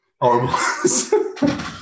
Horrible